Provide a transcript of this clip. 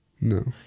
No